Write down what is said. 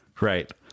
Right